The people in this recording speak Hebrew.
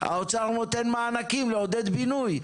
האוצר נותן מענקים לעודד בינוי.